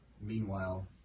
meanwhile